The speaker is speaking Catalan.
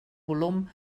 volum